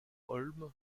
holmes